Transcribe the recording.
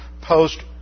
post